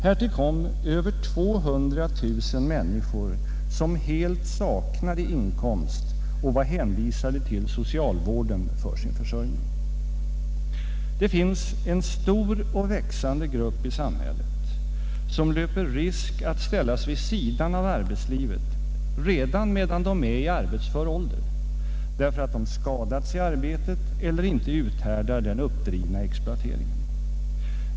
Härtill kommer över 200 000 människor, som helt saknade inkomst och var hänvisade till socialvården för sin försörjning. En stor och växande grupp människor i samhället löper risk att ställas vid sidan av arbetslivet redan då de är i arbetsför ålder, därför att de skadats i arbetet eller inte uthärdar den uppdrivna exploateringen.